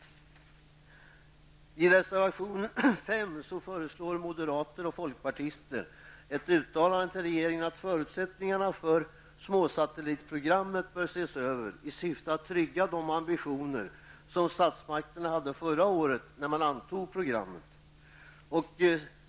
I reservation 5 föreslår moderater och folkpartister ett uttalande till regeringen att förutsättningarna för småsatellitprogrammet bör ses över i syfte att trygga de ambitioner som statsmakterna hade förra året vid antagandet av programmet.